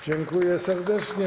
Dziękuję serdecznie.